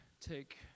take